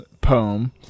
poem